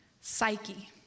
Psyche